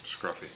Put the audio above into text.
Scruffy